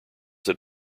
that